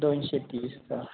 दोनशे तीसचा